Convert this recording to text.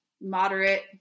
moderate